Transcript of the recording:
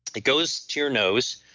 it goes to your nose,